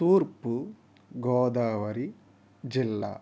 తూర్పు గోదావరి జిల్లా